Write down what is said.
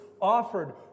offered